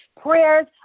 Prayers